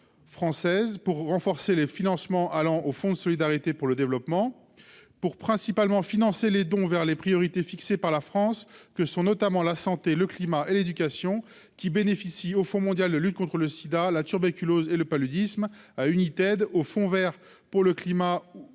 pour renforcer les financements allant au fonds de solidarité pour le développement pour principalement financé les dons vers les priorités fixées par la France que sont notamment la santé, le climat et l'éducation qui bénéficie au Fonds mondial de lutte contre le SIDA, la tuberculose et le paludisme à United au fond Vert pour le climat